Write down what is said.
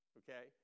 okay